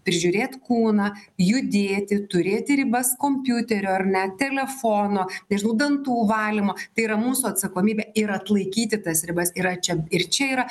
prižiūrėt kūną judėti turėti ribas kompiuterio ar ne telefono nežinau dantų valymo tai yra mūsų atsakomybė ir atlaikyti tas ribas yra čia ir čia yra